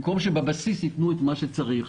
במקום שבבסיס יתנו את מה שצריך.